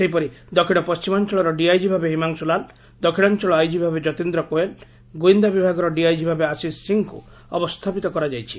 ସେହିପରି ଦକ୍ଷିଣ ପଣ୍ଟିମାଞ୍ଞଳର ଡିଆଇଜି ଭାବେ ହିମାଂଶୁ ଲାଲ ଦକ୍ଷିଣାଞଳ ଆଇଜିଭାବେ ଯତୀଦ୍ର କୋୟଲ ଗୁଇନ୍ଦା ବିଭାଗର ଡିଆଇଜିଭାବେ ଆଶିଷ ସିଂଙ୍କୁ ଅବସ୍ରାପିତ କରାଯାଇଛି